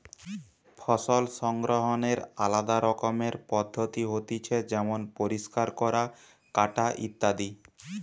ফসল সংগ্রহনের আলদা রকমের পদ্ধতি হতিছে যেমন পরিষ্কার করা, কাটা ইত্যাদি